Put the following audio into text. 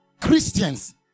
Christians